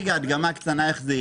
אלישיב ממן, רשות המסים.